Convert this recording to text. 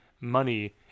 money